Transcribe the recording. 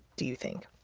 do you think?